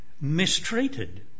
mistreated